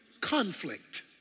conflict